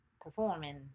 performing